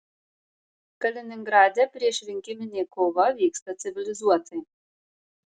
kaliningrade priešrinkiminė kova vyksta civilizuotai